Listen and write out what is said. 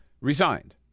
resigned